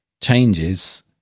changes